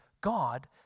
God